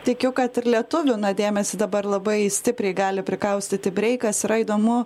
tikiu kad ir lietuvių na dėmesį dabar labai stipriai gali prikaustyti breikas yra įdomu